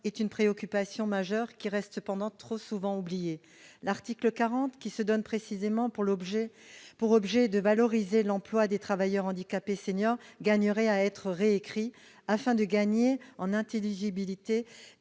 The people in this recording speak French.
est une préoccupation majeure qui reste cependant trop souvent oubliée. L'article 40, qui a précisément pour objet de valoriser l'emploi des travailleurs handicapés seniors, mériterait d'être réécrit, afin de gagner en intelligibilité